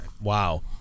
Wow